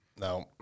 No